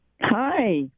Hi